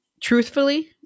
Truthfully